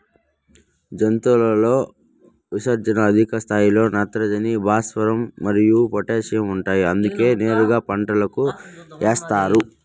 జంతువుల విసర్జనలలో అధిక స్థాయిలో నత్రజని, భాస్వరం మరియు పొటాషియం ఉంటాయి అందుకే నేరుగా పంటలకు ఏస్తారు